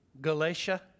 Galatia